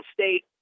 State